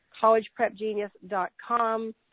collegeprepgenius.com